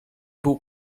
był